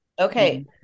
okay